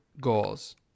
goals